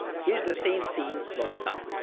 here's the same scene slowed down.